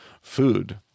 food